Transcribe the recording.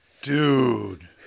Dude